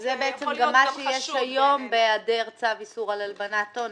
זה מה שיש גם היום בהיעדר צו איסור הלבנת הון.